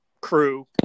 crew